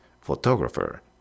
photographer